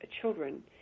children